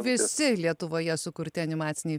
visi lietuvoje sukurti animaciniai